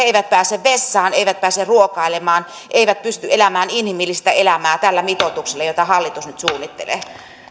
eivät pääse vessaan eivät pääse ruokailemaan eivät pysty elämään inhimillistä elämää tällä mitoituksella jota hallitus nyt suunnittelee